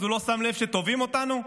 אז לא שם לב שתובעים אותנו,